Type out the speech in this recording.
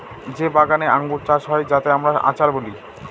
যে বাগানে আঙ্গুর চাষ হয় যাতে আমরা আচার বলি